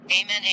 Amen